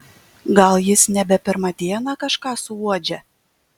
gal jis nebe pirmą dieną kažką suuodžia